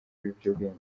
ibiyobyabwenge